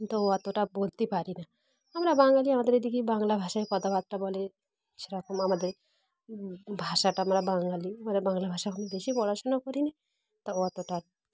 তো অতটা বলতে পারি না আমরা বাঙালি আমাদের এদিকে বাংলা ভাষায় কথাবার্তা বলে সেরকম আমাদের ভাষাটা আমরা বাঙালি আমরা বাংলা ভাষা বেশি পড়াশোনা করিনি তো অতটা